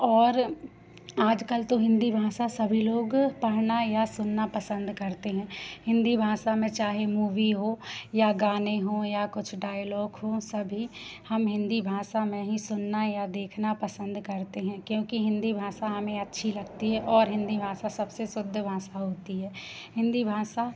और आज कल तो हिन्दी भाषा सभी लोग पढ़ना या सुनना पसंद करते हैं हिन्दी भाषा में चाहे मूवी हो या गाने हों या कुछ डायलॉग हों सभी हम हिन्दी भाषा में ही सुनना या देखना पसंद करते हैं क्योंकि हिन्दी भाषा हमें अच्छी लगती है और हिन्दी भाषा सबसे शुद्ध भाषा होती है हिन्दी भाषा